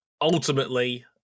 Ultimately